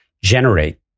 generate